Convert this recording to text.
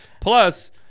Plus